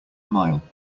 mile